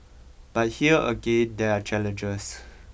but here again there are challenges